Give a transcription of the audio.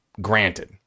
granted